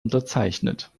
unterzeichnet